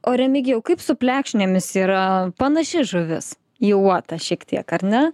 o remigijau kaip su plekšnėmis yra panaši žuvis į uotą šiek tiek ar ne